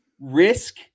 risk